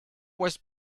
was